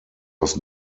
was